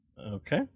okay